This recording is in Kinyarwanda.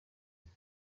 aha